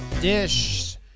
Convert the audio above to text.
dish